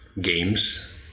games